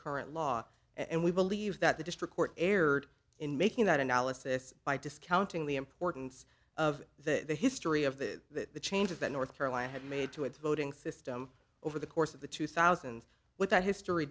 current law and we believe that the district court erred in making that analysis by discounting the importance of the history of the that the changes that north carolina had made to its voting system over the course of the two thousand with that history